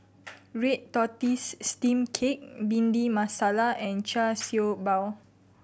red tortoise steamed cake Bhindi Masala and Char Siew Bao